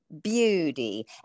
beauty